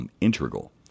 integral